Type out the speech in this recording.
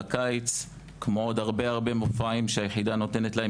כמו הרבה מופעים שהיחידה נותנת להם